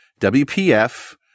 WPF